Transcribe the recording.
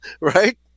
right